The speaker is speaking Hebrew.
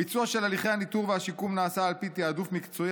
הביצוע של הליכי הניטור והשיקום נעשה על פי תיעדוף מקצועי,